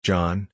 John